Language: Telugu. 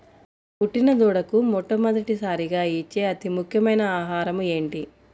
పుట్టిన దూడకు మొట్టమొదటిసారిగా ఇచ్చే అతి ముఖ్యమైన ఆహారము ఏంటి?